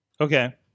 Okay